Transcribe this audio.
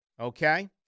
okay